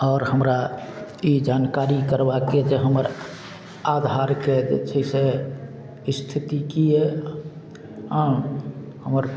आओर हमरा ई जानकारी करबाके जे हमर आधारके जे छै से स्थिति की यऽ हमर